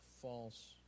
false